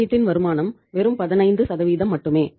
முதலீட்டின் வருமானம் வெறும் 15 மட்டுமே